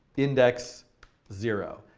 index zero.